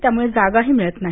त्यामुळे जागा मिळत नाही